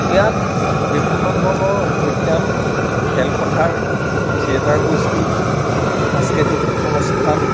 ইয়াত বিভিন্ন ধৰণৰ উদ্যান খেলপথাৰ থিয়েটাৰগোষ্ঠী সাংস্কৃতিক অনুষ্ঠান